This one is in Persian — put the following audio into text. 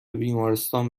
بیمارستان